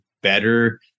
better